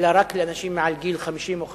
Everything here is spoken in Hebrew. אלא רק לנשים מעל גיל 50 או 55,